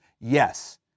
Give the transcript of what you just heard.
Yes